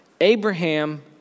Abraham